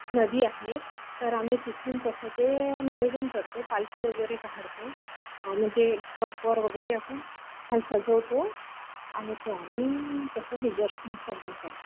नदी आहे तर आम्ही तिथून तसं ते नियोजन करतो पालखी वगैरे काढतो म्हणजे ट्रकवर वगैरे असं छान सजवतो आणि ते आम्ही तसं विजर्शन विसर्जन करतो